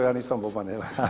Ja nisam Boban.